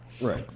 Right